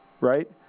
right